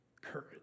courage